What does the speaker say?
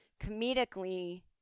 comedically